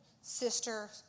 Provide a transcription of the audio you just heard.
sister